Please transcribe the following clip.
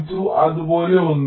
2 അതുപോലുള്ള ഒന്ന്